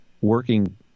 working